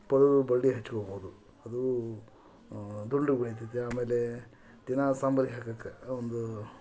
ಪಡುವಲ ಬಳ್ಳಿ ಹಚ್ಕೊಬೋದು ಅದು ದುಂಡಗೆ ಬೆಳೀತದೆ ಆಮೇಲೆ ದಿನಾ ಸಾಂಬಾರಿಗೆ ಹಾಕೋಕ್ಕೆ ಒಂದು